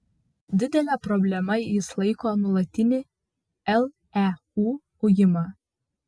didele problema jis laiko nuolatinį leu ujimą